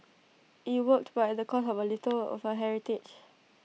IT worked but at the cost of A little of her heritage